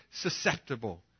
susceptible